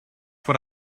what